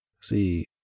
see